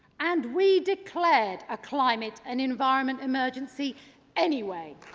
and we declared a climate and environment emergency anyway.